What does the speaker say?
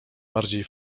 bardziej